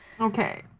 Okay